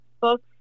books